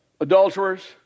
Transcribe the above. adulterers